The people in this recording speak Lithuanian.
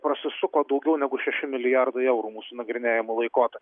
prasisuko daugiau negu šeši milijardai eurų mūsų nagrinėjamu laikotarpiu